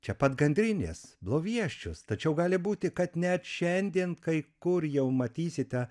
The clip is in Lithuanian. čia pat gandrinės blovieščius tačiau gali būti kad net šiandien kai kur jau matysite